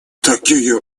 такие